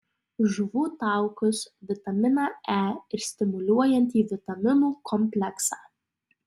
žuvų taukus vitaminą e ir stimuliuojantį vitaminų kompleksą